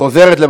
התשע"ז 2017,